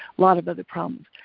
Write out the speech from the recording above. lot of other problems.